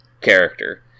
character